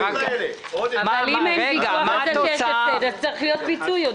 מי שדיווח על הפסד צריך לקבל פיצוי.